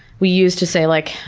we use to say, like,